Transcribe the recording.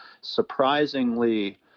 surprisingly